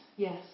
Yes